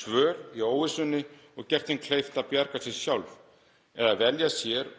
svör í óvissunni og gert því kleift að bjarga sér sjálft eða velja sér